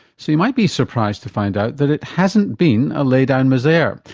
so you might be surprised to find out that it hasn't been a lay down misere.